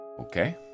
Okay